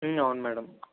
అవును మ్యాడం